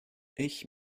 ich